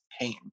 pain